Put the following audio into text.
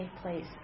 place